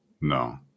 No